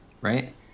right